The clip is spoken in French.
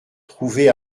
trouvée